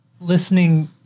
Listening